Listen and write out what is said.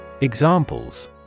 Examples